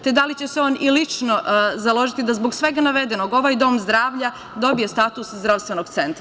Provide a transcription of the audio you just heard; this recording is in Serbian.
Te, da li će se on i lično založiti da zbog svega navedenog ovaj dom zdravlja dobije status zdravstvenog centra?